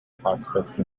hospice